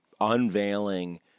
Unveiling